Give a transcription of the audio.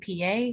PA